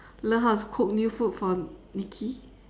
learn how to cook new food for nicky